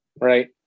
Right